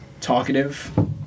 talkative